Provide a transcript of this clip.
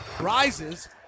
rises